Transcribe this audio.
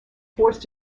forced